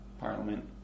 Parliament